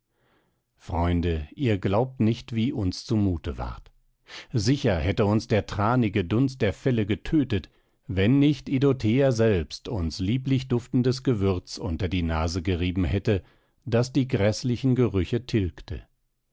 freunde ihr glaubt nicht wie uns zu mute ward sicher hätte uns der thranige dunst der felle getötet wenn nicht idothea selbst uns lieblich duftendes gewürz unter die nase gerieben hätte das die gräßlichen gerüche tilgte